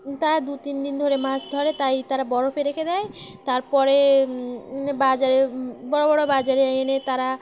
তারা দু তিন দিন ধরে মাছ ধরে তাই তারা বরফে রেখে দেয় তারপরে বাজারে বড় বড় বাজারে এনে তারা